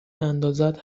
اندازت